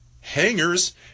hangers